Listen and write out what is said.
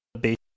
base